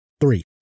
Three